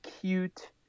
cute